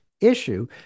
issue